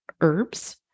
herbs